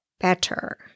better